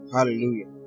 Hallelujah